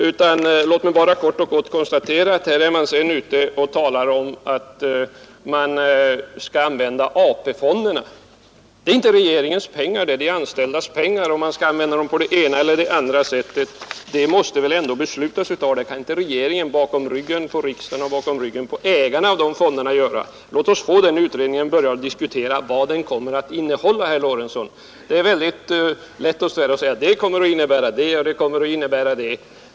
Det talas om att man skall använda AP-fonderna. Det är inte regeringens pengar, utan det är de anställdas pengar. Om de skall användas på det ena eller det andra sättet måste beslut fattas om det. Regeringen kan inte gå bakom ryggen på riksdagen och bakom ryggen på ägarna av fonderna. Låt oss få en utredning så kan vi ha en diskussion sedan, herr Lorentzon! Det är lätt att säga att det eller det kommer att inträffa.